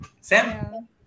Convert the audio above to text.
Sam